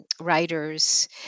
writers